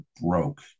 broke